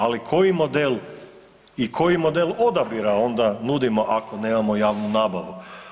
Ali koji model i koji model odabira onda nudimo ako nemamo javnu nabavu?